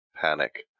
panic